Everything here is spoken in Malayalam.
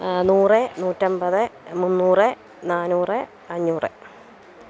നൂറ് നൂറ്റി അൻപത് മുന്നൂറ് നാന്നൂറ് അഞ്ഞൂറ്